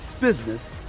business